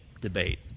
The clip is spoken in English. debate